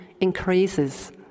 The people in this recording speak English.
increases